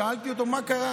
שאלתי אותו: מה קרה?